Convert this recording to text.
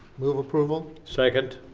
move approval. second.